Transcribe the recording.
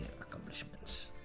accomplishments